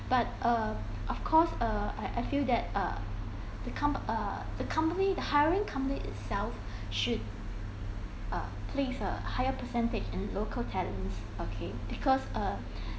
but err of course uh uh I I feel that err the compa~ err the company the hiring company itsel fshould uh place a higher percentage in local talents okay because uh